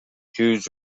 jews